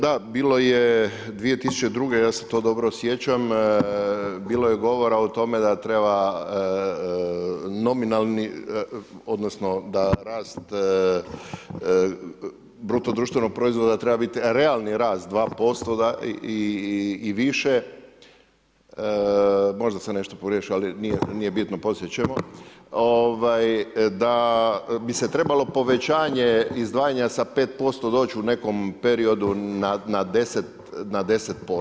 Da, bilo je 2002. ja se to dobro sjećam bilo je govora o tome da treba nominalni odnosno da rast BDP-a treba biti realni rast 2% i više, možda sam nešto pogriješio ali nije bitno, poslije ćemo, da bi se trebalo povećanje izdvajanja sa 5% doć u nekom periodu na 10%